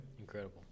incredible